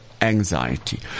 anxiety